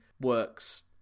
works